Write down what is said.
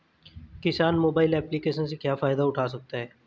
किसान mobile application से क्या फायदा उठा सकता है?